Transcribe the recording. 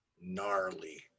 gnarly